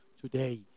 today